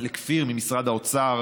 לכפיר ממשרד האוצר,